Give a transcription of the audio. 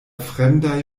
fremdaj